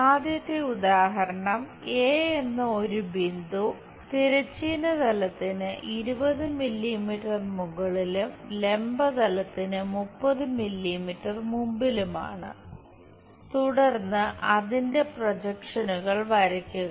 ആദ്യത്തെ ഉദാഹരണം എ എന്ന ഒരു ബിന്ദു തിരശ്ചീന തലത്തിന് 20 മില്ലിമീറ്റർ മുകളിലും ലംബ തലത്തിന് 30 മില്ലിമീറ്റർ മുമ്പിലുമാണ് തുടർന്ന് അതിന്റെ പ്രൊജക്ഷനുകൾ വരയ്ക്കുക